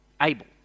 Abel